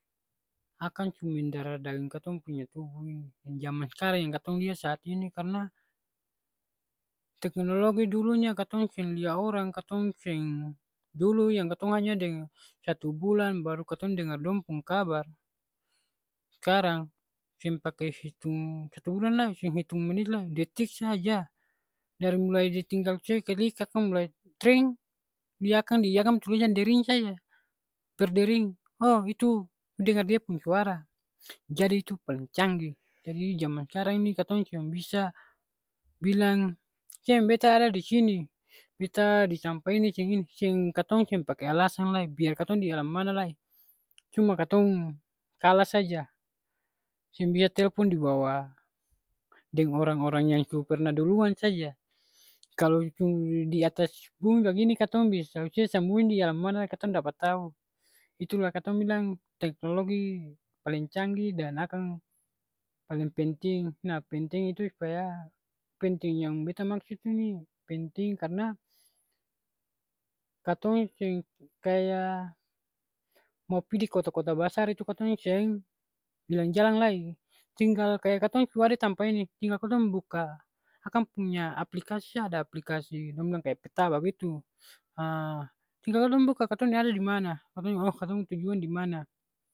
Akang su mendarah dalam katong punya tubuh ini. Jaman skarang yang katong lia saat ini karna teknologi dulunya katong seng lia orang, katong seng, dulu yang katong hanya deng satu bulan baru katong dengar dong pung kabar. Skarang seng pake hitung satu bulan lai. Seng hitung menit lai, detik saja. Dari mulai dia tinggal se klik akang mulai tring, lia akang di akang pung tulisan dering saja, berdering o itu dengar dia pung suara. Jadi tu paleng canggih. Jadi jaman skarang ini katong seng bisa bilang seng beta ada di sini. Beta di tampa ini seng ini. Seng, katong seng pake alasan lai. Biar katong di alam mana lai. Cuma katong kalah saja. Seng bisa telpon di bawah deng orang-orang yang su pernah duluan saja. Kalo cum di atas bumi bagini katong bisa ose sambunyi di alam mana lai katong dapa tau. Itulah katong bilang teknologi paleng canggih dan akang paleng penting. Nah penting itu supaya penting yang beta maksud ini penting karna katong seng kaya mo pi di kota-kota basar itu katong seng ilang jalang lai. Tinggal kaya katong su ada di tampa ini, tinggal katong buka akang punya aplikasi sa ada aplikasi dong bilang kaya peta bagitu. Ha tinggal katong buka, katong ni ada di mana. Katong lia oh katong tujuan dimana.